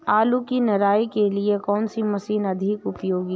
आलू की निराई के लिए कौन सी मशीन अधिक उपयोगी है?